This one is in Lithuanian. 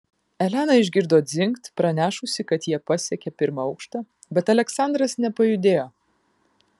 elena išgirdo dzingt pranešusį kad jie pasiekė pirmą aukštą bet aleksandras nepajudėjo